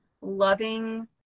loving